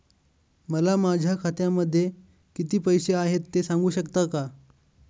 मला माझ्या खात्यामध्ये किती पैसे आहेत ते सांगू शकता का?